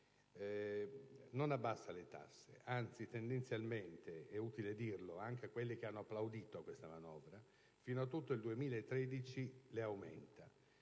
non abbassa le tasse: anzi, tendenzialmente - è utile dirlo anche a quelli che hanno applaudito la manovra - fino a tutto il 2013 le aumenta,